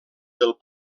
del